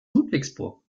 ludwigsburg